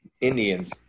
Indians